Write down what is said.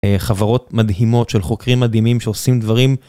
חברות מדהימות של חוקרים מדהימים שעושים דברים